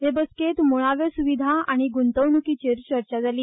हे बसकेंत मुळाव्या सुविधा गुंतवणुकीचेर चर्चा जाली